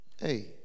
Hey